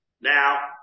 Now